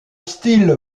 style